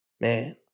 Man